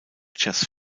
jazz